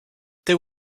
there